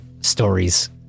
stories